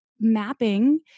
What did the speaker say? Mapping